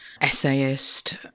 essayist